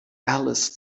alice